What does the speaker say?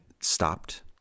stopped